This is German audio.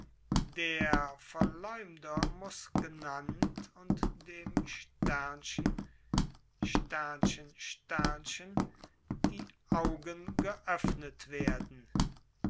der verleumder muß genannt und dem die augen geöffnet werden